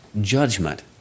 Judgment